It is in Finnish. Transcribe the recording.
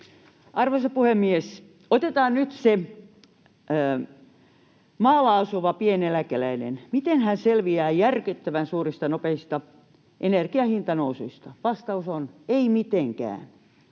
Arvoisa puhemies! Otetaan nyt se maalla asuva pieneläkeläinen. Miten hän selviää järkyttävän suurista, nopeista energianhintanousuista? Vastaus on: ei mitenkään.